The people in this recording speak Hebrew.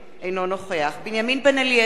אינו נוכח בנימין בן-אליעזר,